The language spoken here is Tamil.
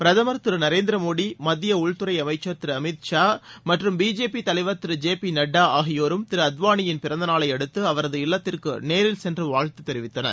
பிரதமா் திரு நரேந்திர மோடி மத்திய உள்துறை அமைச்சா் திருஅமித் ஷா மற்றும் பிஜேபி தலைவா் திரு ஜே பி நட்டா ஆகியோரும் திரு அத்வானியின் பிறந்த நாளையடுத்து அவரது இல்லத்திற்கு நேரில் சென்று வாழ்த்து தெரிவித்தனர்